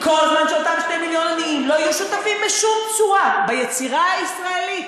כל זמן שאותם 2 מיליון עניים לא יהיו שותפים בשום צורה ביצירה הישראלית,